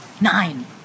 Nine